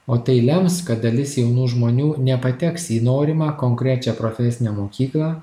o tai lems kad dalis jaunų žmonių nepateks į norimą konkrečią profesinę mokyklą